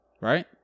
Right